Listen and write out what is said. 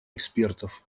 экспертов